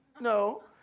no